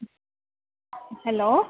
hello